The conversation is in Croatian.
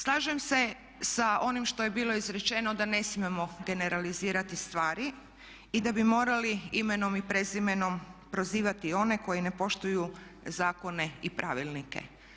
Slažem se sa onim što je bilo izrečeno da ne smijemo generalizirati stvari i da bi morali imenom i prezimenom prozivati one koji ne poštuju zakone i pravilnike.